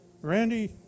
Randy